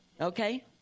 Okay